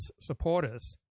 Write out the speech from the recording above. supporters